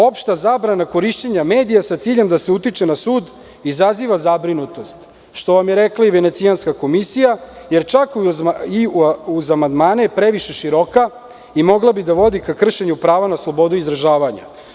Opšta zabrana korišćenja medija sa ciljem da se utiče na sud izaziva zabrinutost, što vam je rekla i Venecijanska komisija, jer čak i uz amandmane je previše široka i mogla bi da vodi ka kršenju prava na slobodu izražavanja.